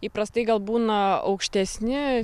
įprastai gal būna aukštesni